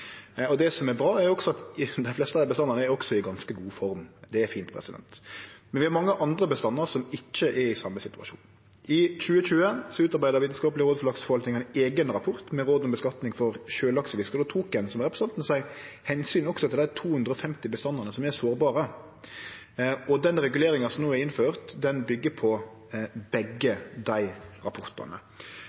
Det som også er bra, er at dei fleste av desse bestandane er i ganske god form, det er fint. Men vi har mange andre bestandar som ikkje er i same situasjon. I 2020 utarbeidde Vitenskapelig råd for lakseforvaltning ein eigen rapport med råd om skattlegging av sjølaksefisket. Då tok ein, som representanten seier, omsyn også til dei 250 bestandane som er sårbare. Den reguleringa som no er innført, byggjer på begge dei rapportane.